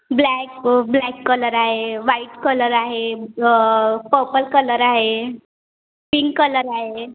black black colour आहे white colour आहे purple colour आहे पिंक कलर आहे